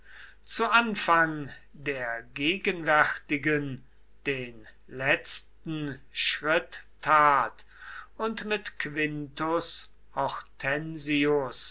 zu anfang der gegenwärtigen den letzten schritt tat und mit quintus hortensius